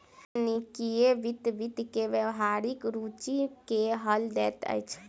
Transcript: संगणकीय वित्त वित्त के व्यावहारिक रूचि के हल दैत अछि